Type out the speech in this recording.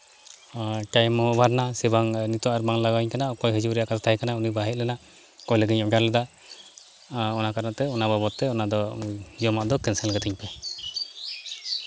time ᱚᱵᱷᱟᱨ ᱱᱟ ᱥᱮ ᱵᱟᱝ ᱱᱤᱛᱚᱜ ᱟᱨ ᱵᱟᱝ ᱞᱟᱜᱟᱣ ᱤᱧ ᱠᱟᱱᱟ ᱚᱠᱚᱭ ᱦᱤᱡᱩᱜ ᱨᱮᱭᱟᱜ ᱠᱟᱛᱷᱟ ᱛᱟᱦᱮᱸ ᱠᱟᱱᱟ ᱩᱱᱤ ᱵᱟᱭ ᱦᱮᱡ ᱞᱮᱱᱟ ᱚᱠᱚᱭ ᱞᱟᱹᱜᱤᱫ ᱤᱧ ᱚᱰᱟᱨ ᱞᱮᱫᱟ ᱟᱨ ᱚᱱᱟ ᱠᱟᱨᱚᱱ ᱛᱮ ᱚᱱᱟ ᱵᱟᱵᱚᱫ ᱛᱮ ᱚᱱᱟ ᱫᱚ ᱡᱚᱢᱟᱜ ᱫᱚ ᱠᱮᱱᱥᱮᱞ ᱠᱟᱹᱛᱤᱧ ᱯᱮ